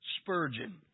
Spurgeon